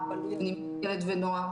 זה פנימיות ילד ונוער.